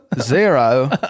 Zero